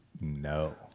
No